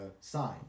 sign